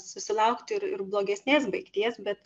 susilaukti ir ir blogesnės baigties bet